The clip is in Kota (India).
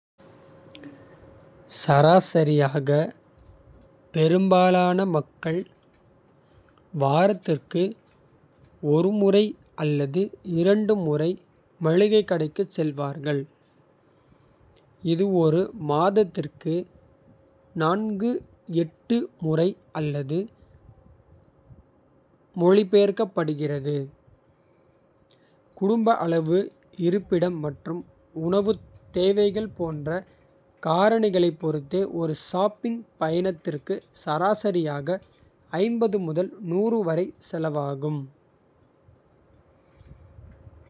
சராசரியாக பெரும்பாலான மக்கள் வாரத்திற்கு. ஒருமுறை அல்லது இரண்டு முறை மளிகைக் கடைக்குச். செல்வார்கள் இது ஒரு மாதத்திற்கு முறை என்று. மொழிபெயர்க்கப்படுகிறது குடும்ப அளவு. இருப்பிடம் மற்றும் உணவுத் தேவைகள் போன்ற. காரணிகளைப் பொறுத்து ஒரு ஷாப்பிங் பயணத்திற்கு. சராசரியாக முதல் வரை செலவாகும்.